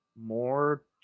more